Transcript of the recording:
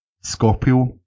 Scorpio